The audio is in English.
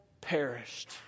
perished